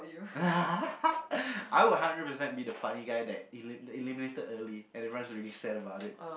I would hundred percent be the funny guy that eli~ eliminated early and everyone's really sad about it